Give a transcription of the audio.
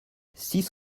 six